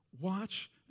watch